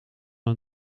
een